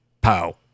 Pow